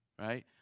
right